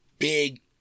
Big